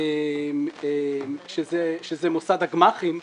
שזה מוסד הגמ"חים,